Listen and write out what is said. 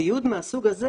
ציוד מהסוג הזה